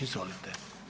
Izvolite.